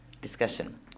discussion